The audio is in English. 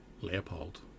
Leopold